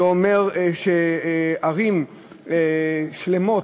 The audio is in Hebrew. זה אומר שערים שלמות,